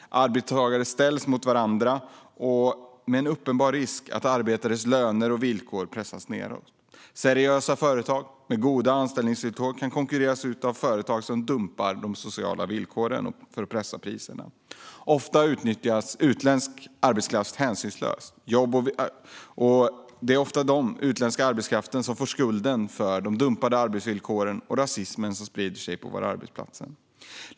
Arbetstagare ställs mot varandra med en uppenbar risk för att arbetares löner och villkor pressas nedåt. Seriösa företag med goda anställningsvillkor kan konkurreras ut av företag som dumpar de sociala villkoren för att pressa priserna. Ofta utnyttjas utländsk arbetskraft hänsynslöst. Det är också ofta den utländska arbetskraften som får skulden för de dumpade arbetsvillkoren och för rasismen som sprider sig på våra arbetsplatser.